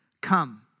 Come